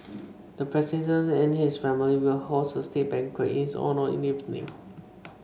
the president and his wife will host a state banquet in his honour in the evening